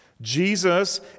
Jesus